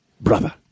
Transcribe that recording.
brother